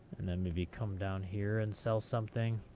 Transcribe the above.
and then maybe come down here and sell something.